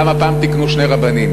למה פעם תיקנו שני רבנים.